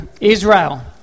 Israel